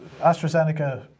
AstraZeneca